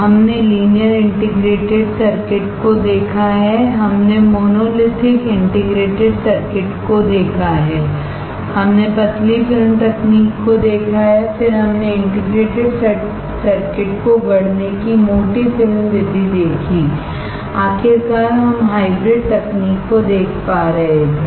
हमने linear integrated circuit को देखा है हमने मोनोलिथिक इंटीग्रेटेड सर्किट को देखा है हमने पतली फिल्म तकनीक को देखा है फिर हमने इंटीग्रेटेड सर्किट को गढ़ने की मोटी फिल्म विधि देखी आखिरकार हम हाइब्रिड तकनीक को देख पा रहे थे